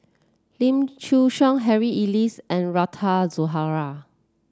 Lim Chin Siong Harry Elias and Rita Zahara